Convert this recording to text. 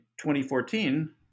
2014